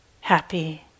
happy